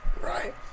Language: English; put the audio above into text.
Right